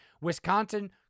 Wisconsin